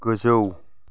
गोजौ